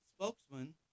spokesman